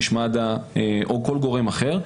איש מד"א או כל גורם אחר,